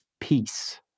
peace